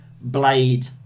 Blade